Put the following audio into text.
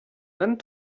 vingt